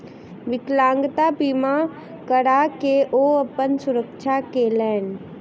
विकलांगता बीमा करा के ओ अपन सुरक्षा केलैन